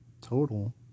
total